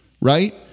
right